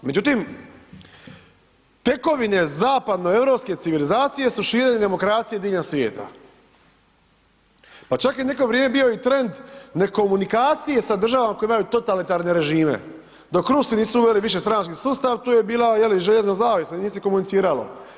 Međutim, tekovine zapadnoeuropske civilizacije su širenje demokracije diljem svijeta, pa čak i neko vrijeme je bio i trend nekomunikacije sa državama koje imaju totalitarne režime, dok Rusi nisu uveli višestranački sustav, tu je bila, je li, željezna zavjesa, nije se komuniciralo.